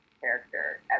character